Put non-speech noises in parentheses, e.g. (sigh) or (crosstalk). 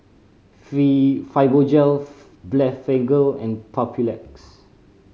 (unintelligible) Fibogel (unintelligible) Blephagel and Papulex